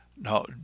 now